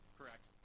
Correct